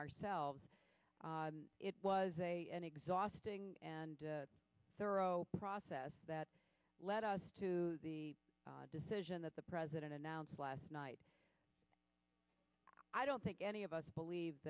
ourselves it was an exhausting and thorough process that led us to the decision that the president announced last night i don't think any of us believe